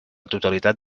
totalitat